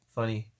Funny